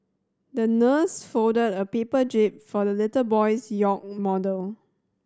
the nurse folded a paper jib for the little boy's yacht model